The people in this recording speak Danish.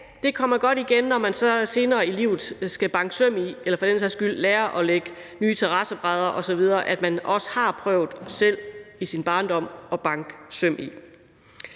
i eller for den sags skyld lære at lægge nye terrassebrædder osv., at man også har prøvet selv i sin barndom at banke søm i.